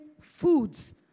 foods